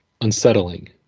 unsettling